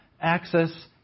access